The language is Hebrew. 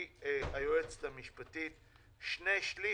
ומבקש, גברתי היועצת המשפטית, מהשני שליש